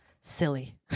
silly